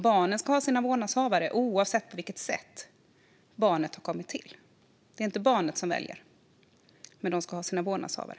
Barnen ska ha sina vårdnadshavare, oavsett på vilket sätt de kommit till. Det är inte barnen som väljer, men de ska ha sina vårdnadshavare.